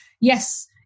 Yes